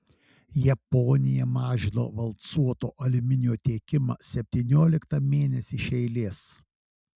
japonija mažino valcuoto aliuminio tiekimą septynioliktą mėnesį iš eilės